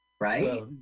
Right